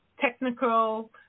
technical